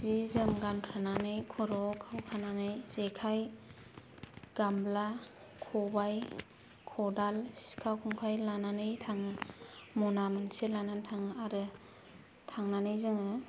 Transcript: जि जोम गानखांनानै खर' खौखानानै जेथाइ गामला खबाइ खदाल सिखा खंखाय लानानै थाङो मोना मोनसे लानानै थाङो आरो थांनानै जोङो